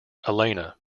elena